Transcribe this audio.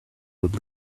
would